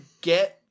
get